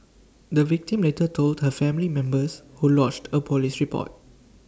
the victim later told her family members who lodged A Police report